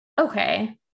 Okay